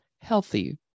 healthy